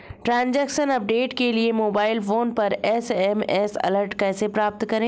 Transaction update के लिए mobile phone पर एस.एम.एस अलर्ट कैसे प्राप्त करें?